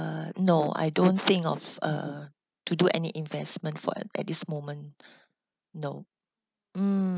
uh no I don't think of uh to do any investment for a at this moment no mm